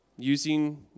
using